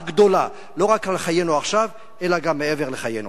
גדולה לא רק על חיינו עכשיו אלא גם מעבר לחיינו.